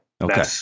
Okay